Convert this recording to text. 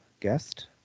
guest